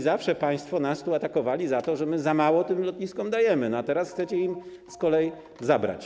Zawsze państwo nas tu atakowali za to, że za mało tym lotniskom dajemy, a teraz chcecie im z kolei zabrać.